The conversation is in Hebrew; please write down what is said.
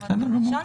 תשובות ביום ראשון.